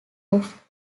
off